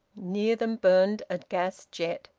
near them burned a gas jet,